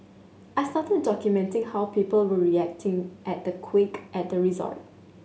I started documenting how people were reacting at the quake at the resort